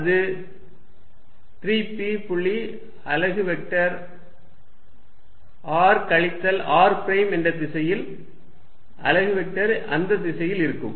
அது 3 p புள்ளி அலகு வெக்டர் r கழித்தல் r பிரைம் என்ற திசையில் அலகு வெக்டர் அந்த திசையில் இருக்கும்